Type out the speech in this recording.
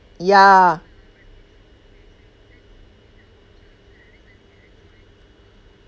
ya